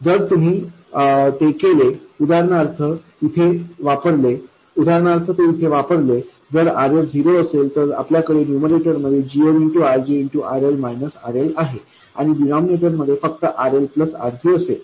जर तुम्ही ते केले उदाहरणार्थ ते इथे वापरले जर Rs झिरो असेल तर आपल्याकडे न्यूमरेटर मध्ये gm RG RL - RL आहे आणि डिनामनेटर मध्ये फक्त RL RG असेल